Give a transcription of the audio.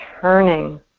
turning